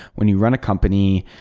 when you run a company,